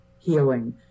healing